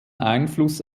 einfluss